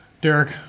derek